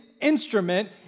instrument